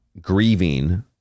grieving